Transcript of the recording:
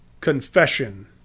confession